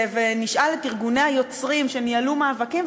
ונשאל את ארגוני היוצרים, שניהלו מאבקים.